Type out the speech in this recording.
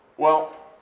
well,